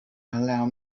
allow